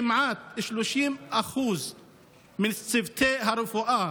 וכמעט 30% מצוותי הרפואה